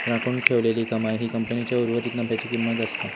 राखून ठेवलेली कमाई ही कंपनीच्या उर्वरीत नफ्याची किंमत असता